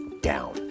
down